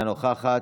אינה נוכחת,